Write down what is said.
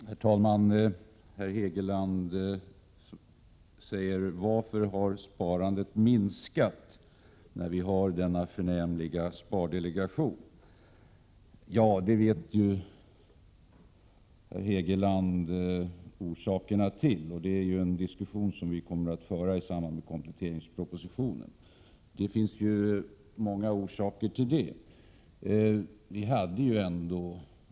Herr talman! Herr Hegeland frågar varför sparandet har minskat när vi har denna förnämliga spardelegation. Herr Hegeland känner till orsakerna till detta, och vi kommer att föra en diskussion om detta i samband med att vi diskuterar kompletteringspropositionen. Det finns många orsaker till att sparandet har minskat.